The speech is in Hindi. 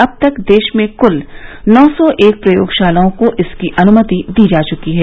अब तक देश में क्ल नौ सौ एक प्रयोगशालाओं को इसकी अनुमति दी जा चुकी है